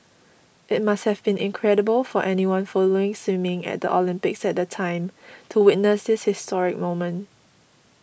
it must have been incredible for anyone following swimming at the Olympics at the time to witness this historic moment